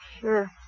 Sure